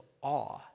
awe